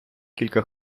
кілька